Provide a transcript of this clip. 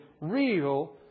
real